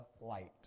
light